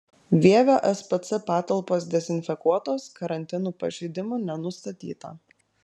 vievio spc patalpos dezinfekuotos karantino pažeidimų nenustatyta